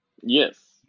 Yes